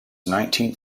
nineteenth